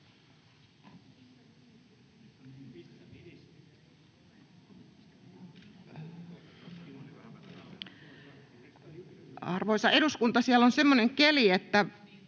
Arvoisa eduskunta! Siellä on semmoinen keli, että